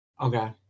Okay